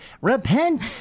repent